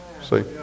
See